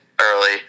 early